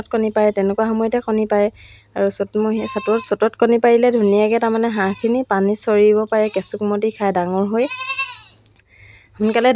বেলেগৰ ঘৰৰ বোৱাৰী হৈ ল'ৰা ছোৱালীৰ মাক হৈ আছে ত' এইটো বয়সত মই নিজেই স্বাৱলম্বী হ'বলৈ হৈছোঁ স্বাৱলম্বী হ'ব